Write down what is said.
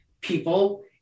people